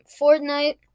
Fortnite